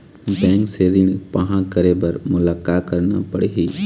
Bank से ऋण पाहां करे बर मोला का करना पड़ही?